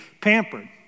pampered